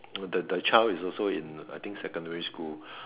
the the child is also in I think secondary school